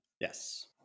Yes